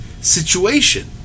situation